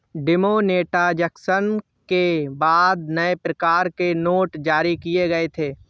demonetisation के बाद नए प्रकार के नोट जारी किए गए थे